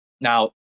Now